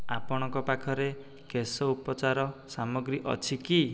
ଆପଣଙ୍କ ପାଖରେ କେଶ ଉପଚାର ସାମଗ୍ରୀ ଅଛି କି